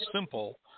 simple